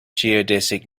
geodesic